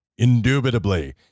indubitably